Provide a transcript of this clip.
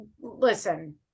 listen